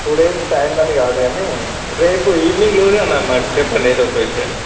two days time అని కాదు కానీ రేపు ఈవెనింగ్ లోగా నా మాకు చెప్పండి ఏదో ఒక విషయం